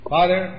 Father